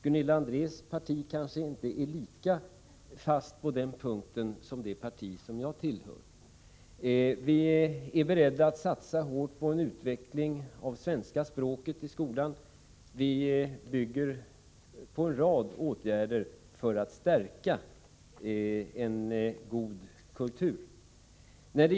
Gunilla Andrés parti kanske inte är lika fast på den punkten som det parti som jag tillhör. Vi är beredda att satsa hårt på en utveckling av svenska språket i skolan, och vi bygger på en rad åtgärder för att stärka en god kultur.